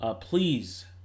Please